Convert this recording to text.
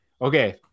Okay